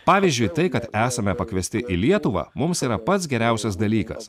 pavyzdžiui tai kad esame pakviesti į lietuvą mums yra pats geriausias dalykas